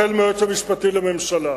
החל מהיועץ המשפטי לממשלה.